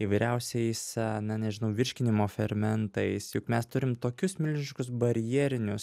įvairiausiais na nežinau virškinimo fermentais juk mes turim tokius milžiniškus barjerinius